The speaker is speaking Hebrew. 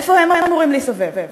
איפה הם אמורים להסתובב?